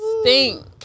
Stink